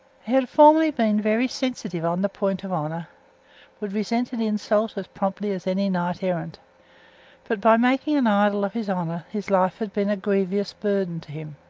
had formerly been very sensitive on the point of honour would resent an insult as promptly as any knight-errant but by making an idol of his honour his life had been a grievous burden to him.